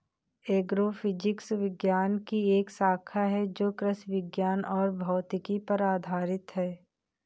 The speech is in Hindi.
एग्रोफिजिक्स विज्ञान की एक शाखा है जो कृषि विज्ञान और भौतिकी पर आधारित है